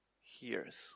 hears